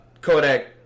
Kodak